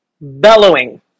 bellowing